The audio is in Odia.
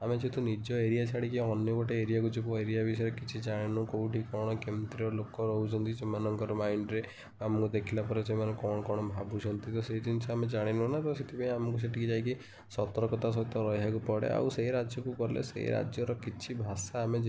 ଆମେ ଯେହେତୁ ନିଜ ଏରିଆ ଛାଡ଼ିକି ଅନ୍ୟ ଏରିଆକୁ ଯିବୁ ସେ ଏରିଆ ବିଷୟରେ କିଛି ଜାଣିନୁ କେଉଁଠି କଣ କେମିତିର ଲୋକ ରହୁଛନ୍ତି ସେମାନଙ୍କର ମାଇଣ୍ଡରେ ଆମକୁ ଦେଖିଲାପରେ ସେମାନେ କଣ କଣ ଭାବୁଛନ୍ତି ତ ସେଇ ଜିନଷ ଆମେ ଜାଣିନୁ ନା ତ ସେଥିପାଇଁ ଆମୁକୁ ସେଠାକୁ ଯାଇକି ସତର୍କତାର ସହିତ ରହିବାକୁ ପଡ଼େ ଆଉ ସେହି ରାଜ୍ୟକୁ ଗଲେ ସେହି ରାଜ୍ୟର କିଛି ଭାଷା ଆମେ